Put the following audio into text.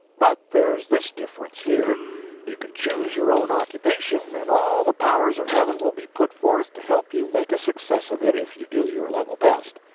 but there's this difference, here you can choose your own occupation, and all the powers of heaven will be put forth to help you make a success of it, if you do your level best.